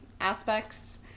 aspects